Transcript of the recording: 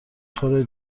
خوره